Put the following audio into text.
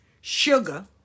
Sugar